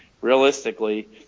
realistically